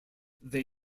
they